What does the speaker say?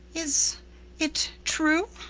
is it true?